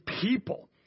people